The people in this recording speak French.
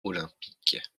olympique